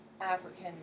African